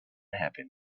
happen